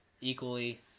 equally